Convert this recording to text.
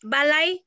Balai